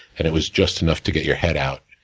and, it was just enough to get your head out,